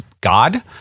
God